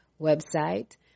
website